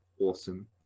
awesome